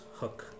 hook